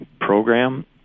program